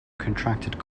contracted